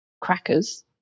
crackers